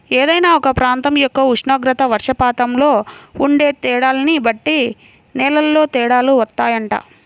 ఏదైనా ఒక ప్రాంతం యొక్క ఉష్ణోగ్రత, వర్షపాతంలో ఉండే తేడాల్ని బట్టి నేలల్లో తేడాలు వత్తాయంట